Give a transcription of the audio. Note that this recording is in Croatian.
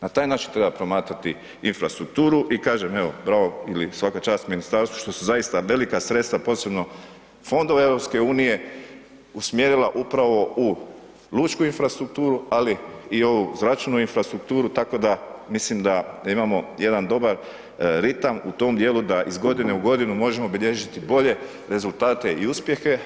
Na taj način treba promatrati infrastrukturu i kažem evo, bravo ili svaka čast ministarstvu, što su zaista velika sredstva posebno fondove EU, usmjerila upravo u lučku infrastrukturu, ali i ovu zračnu infrastrukturu, tako da, mislim da imamo jedan dobar ritam u tom dijelu, da iz godine u godinu, možemo bilježiti bolje rezultate i uspjehe.